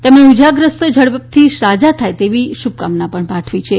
તેમણે ઈજાગ્રસ્તો ઝડપથી સાજા થઈ જાય તેવી શુભકામના પણ પાઠવી છે